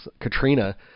Katrina